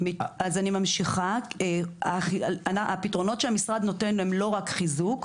אני ממשיכה, הפתרונות שהמשרד נותן הם לא רק חיזוק.